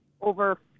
over